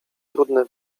trudne